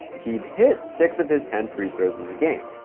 he'd hit six of his ten free throws in the game.